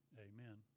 amen